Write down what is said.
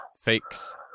Fakes